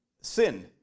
sin